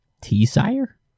T-Sire